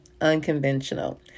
unconventional